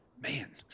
Man